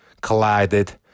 Collided